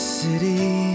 city